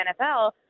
NFL